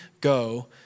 go